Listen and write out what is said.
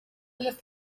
الذي